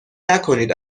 نکنید